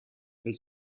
elle